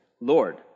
Lord